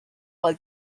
all